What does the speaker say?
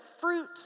fruit